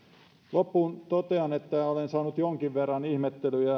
loppuun totean että olen saanut jonkin verran ihmettelyjä